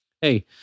hey